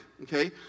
okay